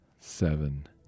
seven